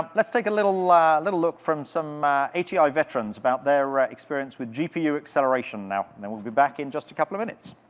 let's take a little like little look from some ati veterans about their experience with gpu acceleration now, and and we'll be back in just a couple of minutes.